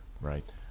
Right